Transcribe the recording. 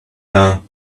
now